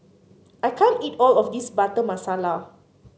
I can't eat all of this Butter Masala